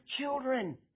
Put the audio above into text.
children